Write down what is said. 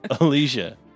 Alicia